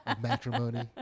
matrimony